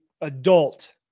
adult